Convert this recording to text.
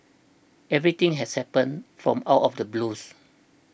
everything has happened from out of the blues